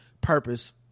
purpose